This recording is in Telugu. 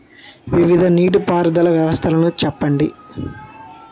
వివిధ నీటి పారుదల వ్యవస్థలను చెప్పండి?